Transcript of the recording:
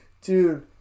Dude